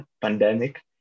pandemic